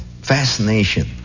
fascination